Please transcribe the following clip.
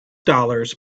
dollars